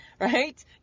Right